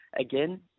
Again